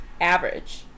average